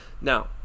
Now